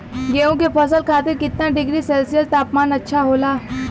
गेहूँ के फसल खातीर कितना डिग्री सेल्सीयस तापमान अच्छा होला?